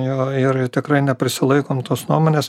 jo ir tikrai neprisilaikom tos nuomonės